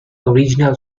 original